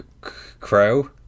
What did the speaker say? crow